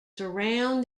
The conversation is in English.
surround